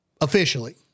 officially